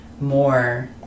more